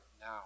now